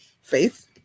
faith